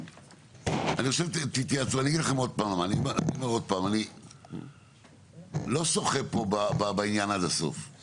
אני אגיד לכם שוב שאני לא שוחה כאן בעניין עד הסוף .